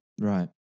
Right